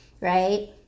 Right